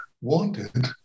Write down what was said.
wanted